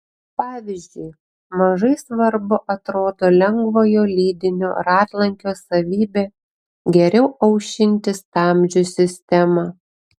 pavyzdžiui mažai svarbu atrodo lengvojo lydinio ratlankio savybė geriau aušinti stabdžių sistemą